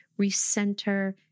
recenter